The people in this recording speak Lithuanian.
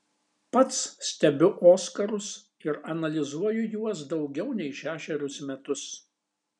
pats stebiu oskarus ir analizuoju juos daugiau nei šešerius metus